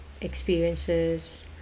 experiences